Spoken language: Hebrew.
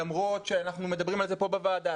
למרות שאנחנו מדברים על זה פה בוועדה,